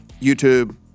YouTube